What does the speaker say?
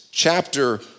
Chapter